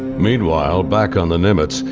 meanwhile, back on the nimitz,